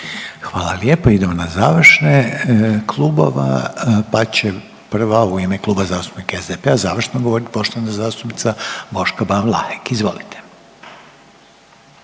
Hvala lijepa. Idemo na završne klubova, pa će prva u ime Kluba zastupnika SDP-a završno govorit poštovana zastupnica Boška Ban Vlahek, izvolite.